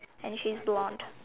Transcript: and she's blonde